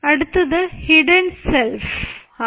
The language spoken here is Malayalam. അടുത്തത് ഹിഡൻ സെൽഫ് ആണ്